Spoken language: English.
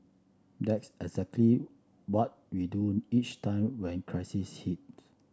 that's exactly what we do each time when crisis hit